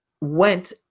went